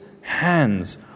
hands